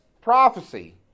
prophecy